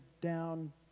down